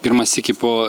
pirmą sykį po